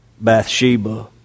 Bathsheba